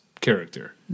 character